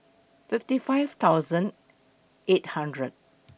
fifty five thousand eight hundred